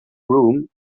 room